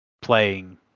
playing